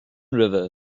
river